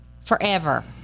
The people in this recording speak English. forever